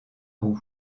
roux